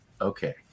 okay